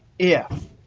if.